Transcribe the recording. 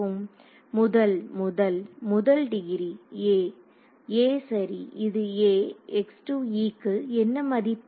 மாணவர் முதல் முதல் முதல் டிகிரி மாணவர் a a சரி இது a x2e க்கு என்ன மதிப்பு